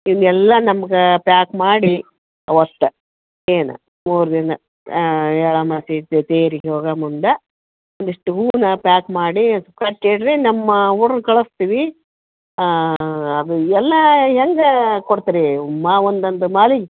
ಇವನ್ನೆಲ್ಲ ನಮ್ಗೆ ಪ್ಯಾಕ್ ಮಾಡಿ ಅವಷ್ಟೇ ಏನು ಮೂರು ದಿನ ಎಳ್ಳಮಾವಾಸೆದ್ದು ತೇರಿಗೆ ಹೋಗೋ ಮುಂದೆ ಒಂದಿಷ್ಟು ಹೂವನ್ನು ಪ್ಯಾಕ್ ಮಾಡಿ ಕಟ್ಟಿಡಿರಿ ನಮ್ಮ ಹುಡುಗ್ರನ್ ಕಳಿಸ್ತೀವಿ ಅದು ಎಲ್ಲ ಹೇಗೆ ಕೊಡ್ತೀರಿ ಮಾ ಒಂದೊಂದು ಮಾಲೆ